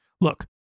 Look